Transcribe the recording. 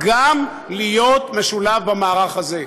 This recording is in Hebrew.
להיות משולב במערך הזה,